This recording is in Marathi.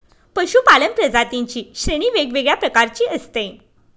पशूपालन प्रजातींची श्रेणी वेगवेगळ्या प्रकारची असते